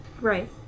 Right